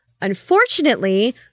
Unfortunately